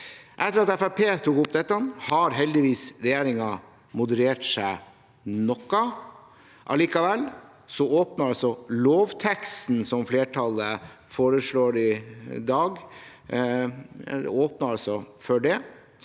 tok opp dette, har heldigvis regjeringen moderert seg noe. Allikevel åpner altså lovteksten som flertallet foreslår i dag,